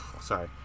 Sorry